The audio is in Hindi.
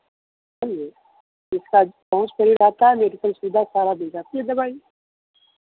समझे जिसका पहुँच रहता है मेडिकल सुवधा सारा दी जाती है दवाई